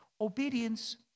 Obedience